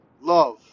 love